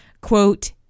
quote